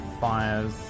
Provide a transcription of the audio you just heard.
fires